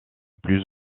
plus